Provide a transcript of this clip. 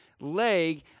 leg